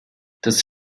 das